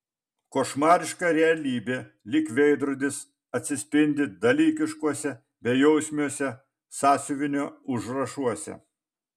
košmariška realybė lyg veidrodis atsispindi dalykiškuose bejausmiuose sąsiuvinio užrašuose